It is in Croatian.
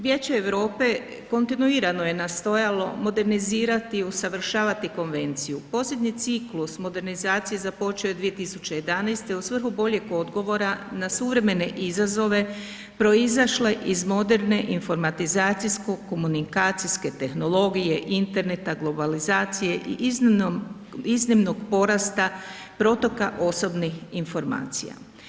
Vijeće Europe kontinuirano je nastojalo modernizirati i usavršavati konvenciju, posljednji ciklus modernizacije započeo je 2011. u svrhu boljeg odgovora na suvremene izazove proizašle iz moderne informatizacijsko komunikacijske tehnologije, interneta, globalizacije i iznimnog porasta protoka osobnih informacija.